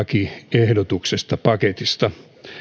lakiehdotuksesta paketista tämä